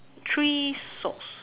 three socks